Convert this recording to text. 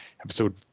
episode